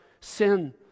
sin